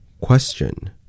Question